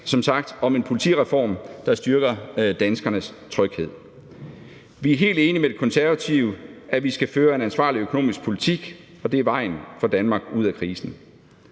som sagt, om en politireform, der styrker danskernes tryghed. Vi er helt enige med De Konservative i, at vi skal føre en ansvarlig økonomisk politik, for det er vejen for Danmark ud af krisen.